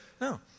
No